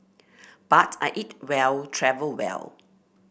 but I eat well travel well